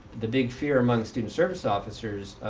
the big fear amongst student service officers